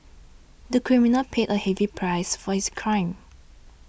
the criminal paid a heavy price for his crime